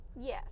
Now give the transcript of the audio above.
Yes